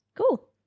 Cool